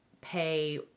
pay